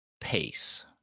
pace